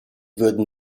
würden